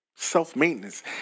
Self-maintenance